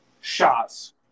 shots